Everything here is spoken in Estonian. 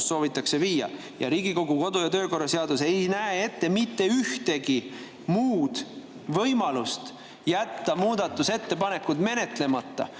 soovitakse teha. Riigikogu kodu‑ ja töökorra seadus ei näe ette mitte ühtegi muud võimalust jätta muudatusettepanek menetlemata.